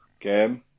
game